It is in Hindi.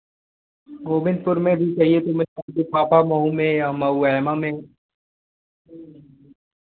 गोविंदपुर में भी चाहिए तो मैं में फाफा मउ में या में